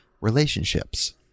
relationships